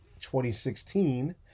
2016